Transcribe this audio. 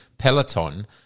peloton